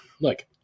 look